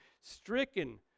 stricken